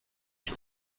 die